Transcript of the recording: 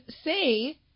say